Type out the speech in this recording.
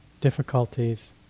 difficulties